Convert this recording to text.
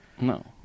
No